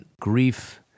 grief